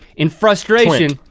in frustration,